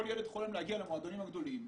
כל ילד חולם להגיע למועדונים הגדולים,